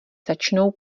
začnou